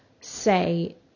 say